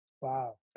Wow